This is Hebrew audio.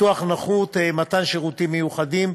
(ביטוח נכות) (מתן שירותים מיוחדים),